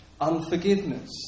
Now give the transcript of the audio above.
unforgiveness